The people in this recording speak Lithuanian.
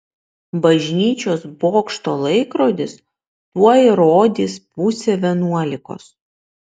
bažnyčios bokšto laikrodis tuoj rodys pusę vienuolikos